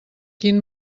quin